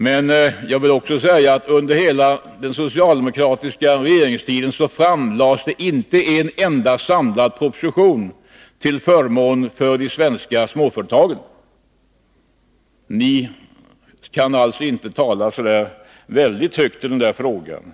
Men jag vill också säga, att under hela den socialdemokratiska regeringstiden framlades det inte en enda samlad proposition till förmån för de svenska småföretagen. Ni kan alltså inte tala så väldigt högt i den frågan.